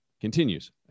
continues